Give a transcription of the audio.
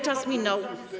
Czas minął.